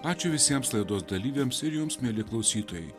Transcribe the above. ačiū visiems laidos dalyviams ir jums mieli klausytojai